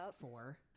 four